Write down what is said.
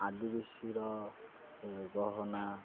ଆଦିବାସୀର ସେ ଗହଣା